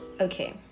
okay